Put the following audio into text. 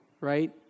right